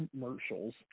commercials